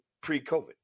pre-COVID